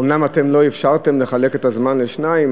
אומנם אתם לא אפשרתם לחלק את הזמן לשניים,